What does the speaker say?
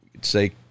say